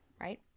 right